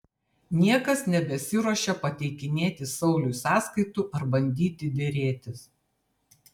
niekas nebesiruošia pateikinėti sauliui sąskaitų ar bandyti derėtis